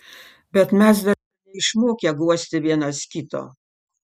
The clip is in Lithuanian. bet mes dar neišmokę guosti vienas kito